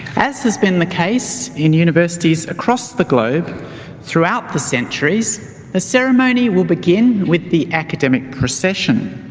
as has been the case in universities across the globe throughout the centuries the ceremony will begin with the academic procession.